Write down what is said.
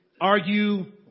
argue